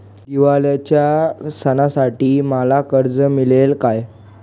दिवाळीच्या सणासाठी मला कर्ज मिळेल काय?